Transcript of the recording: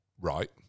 right